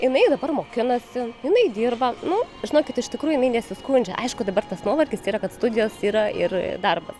jinai dabar mokinasi jinai dirba nu žinokit iš tikrųjų jinai nesiskundžia aišku dabar tas nuovargis yra kad studijos yra ir darbas